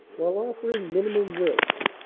while offering minimum risks,